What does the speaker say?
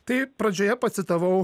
tai pradžioje pacitavau